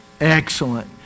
Excellent